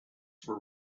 were